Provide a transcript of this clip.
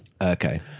Okay